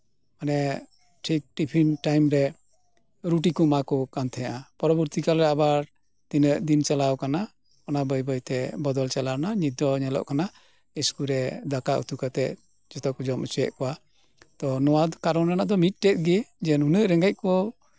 ᱢᱟᱱᱮ ᱴᱤᱯᱷᱤᱱ ᱴᱟᱭᱤᱢᱨᱮ ᱨᱩᱴᱤ ᱠᱚ ᱮᱢᱟ ᱟᱠᱚ ᱠᱟᱱ ᱛᱟᱦᱮᱱᱟ ᱯᱚᱨᱚᱵᱚᱨᱛᱤ ᱠᱟᱞᱨᱮ ᱟᱵᱟᱨ ᱛᱤᱱᱟᱹᱜ ᱫᱤᱱ ᱪᱟᱞᱟᱣ ᱠᱟᱱᱟ ᱚᱱᱟ ᱵᱟᱹᱭ ᱵᱟᱹᱭᱛᱮ ᱵᱚᱫᱚᱞ ᱪᱟᱞᱟᱣ ᱠᱟᱱᱟ ᱱᱤᱛᱚᱜ ᱧᱮᱞᱚᱜ ᱠᱟᱱᱟ ᱤᱥᱠᱩᱞ ᱨᱮ ᱫᱟᱠᱟ ᱩᱛᱩ ᱠᱟᱛᱮᱜ ᱫᱟᱠᱟ ᱠᱚ ᱡᱚᱢ ᱦᱚᱪᱚᱭᱮᱜ ᱠᱚᱣᱟ ᱱᱚᱣᱟ ᱠᱟᱨᱚᱱ ᱨᱮᱱᱟᱜ ᱫᱚ ᱱᱤᱭᱟᱹᱜᱮ ᱱᱩᱱᱟᱹᱜ ᱨᱮᱸᱜᱮᱡ ᱠᱚ